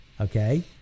Okay